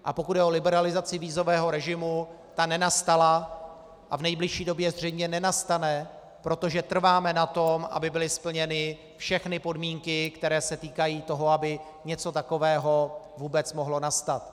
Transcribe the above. A pokud jde o liberalizaci vízového režimu, ta nenastala a v nejbližší době zřejmě nenastane, protože trváme na tom, aby byly splněny všechny podmínky, které se týkají toho, aby něco takového vůbec mohlo nastat.